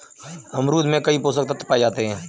अमरूद में कई पोषक तत्व पाए जाते हैं